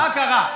נא לסיים.